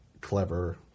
clever